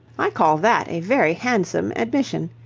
i call that a very handsome admission.